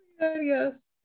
yes